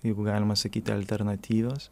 jeigu galima sakyti alternatyvios